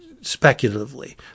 speculatively